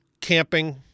camping